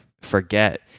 forget